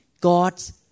God's